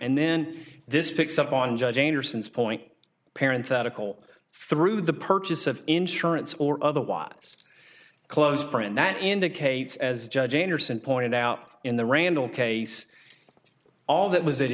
and then this picks up on judge honor since point parents that a call through the purchase of insurance or otherwise a close friend that indicates as judge anderson pointed out in the randall case all that was it